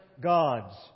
gods